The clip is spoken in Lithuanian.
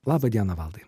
laba diena valdai